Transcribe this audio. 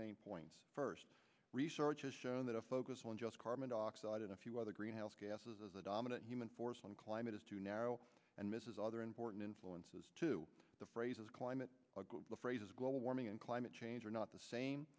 main points first research has shown that a focus on just carbon dioxide in a few other greenhouse gases as a dominant human force on climate is too narrow and misses other important influences to the phrases climate the phrases global warming and climate change are not the same